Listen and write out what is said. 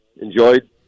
enjoyed